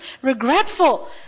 regretful